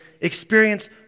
experience